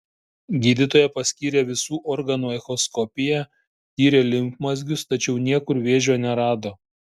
gydytoja paskyrė visų organų echoskopiją tyrė limfmazgius tačiau niekur vėžio nerado